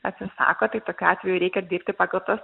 atsisako tai tokiu atveju reikia dirbti pagal tas